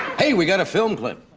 hey, we've got a film clip.